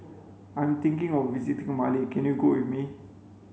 I'm thinking of visiting Mali can you go with me